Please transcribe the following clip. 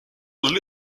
elle